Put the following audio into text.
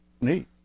Neat